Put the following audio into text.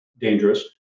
dangerous